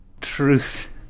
truth